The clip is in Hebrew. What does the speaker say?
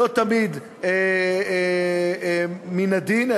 לא תמיד מן הדין,